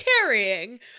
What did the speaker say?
carrying